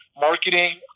marketing